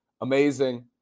Amazing